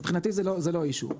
מבחינתי זה לא האישיו.